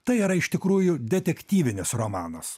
tai yra iš tikrųjų detektyvinis romanas